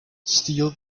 steal